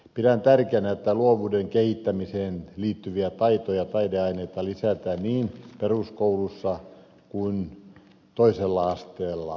pidän tärkeänä että luovuuden kehittämiseen liittyviä taito ja taideaineita lisätään niin peruskoulussa kuin toisella asteella